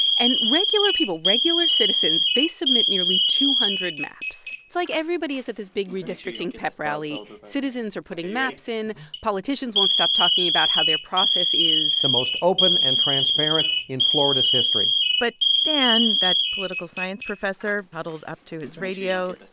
and regular people, regular citizens, they submit nearly two hundred maps. it's like everybody is at this big redistricting pep rally. citizens are putting maps in. politicians won't stop talking about how their process is. the most open and transparent in florida's history but dan, that political science professor huddled up to his radio,